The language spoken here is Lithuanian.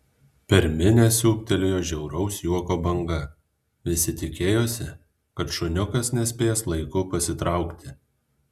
per minią siūbtelėjo žiauraus juoko banga visi tikėjosi kad šuniukas nespės laiku pasitraukti